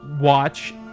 watch